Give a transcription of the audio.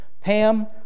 Pam